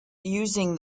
using